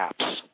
Apps